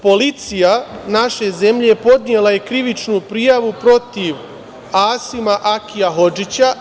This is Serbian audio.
Policija naše zemlje podnela je krivičnu prijavu protiv Asima Akija Hodžića.